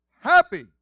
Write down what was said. happy